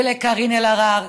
ולקארין אלהרר,